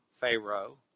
Pharaoh